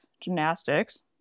gymnastics